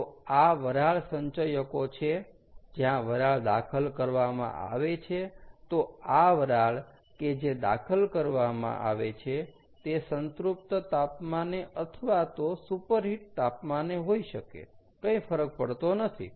તો આ વરાળ સંચયકો છે જ્યાં વરાળ દાખલ કરવામાં આવે છે તો આ વરાળ કે જે દાખલ કરવામાં આવે છે તે સંતૃપ્ત તાપમાને અથવા તો સુપરહીટ તાપમાને હોઈ શકે કંઈ ફરક પડતો નથી